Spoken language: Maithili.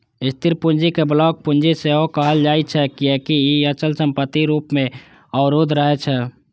स्थिर पूंजी कें ब्लॉक पूंजी सेहो कहल जाइ छै, कियैकि ई अचल संपत्ति रूप मे अवरुद्ध रहै छै